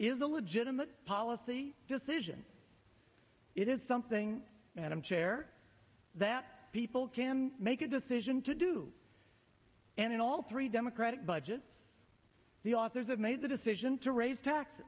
is a legitimate policy decision it is something that i'm chair that people can make a decision to do and in all three democratic budget the authors of made the decision to raise taxes